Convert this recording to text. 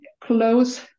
close